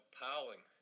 piling